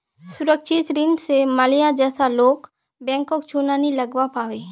सुरक्षित ऋण स माल्या जैसा लोग बैंकक चुना नी लगव्वा पाबे